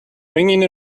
ringing